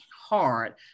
hard